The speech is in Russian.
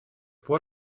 пор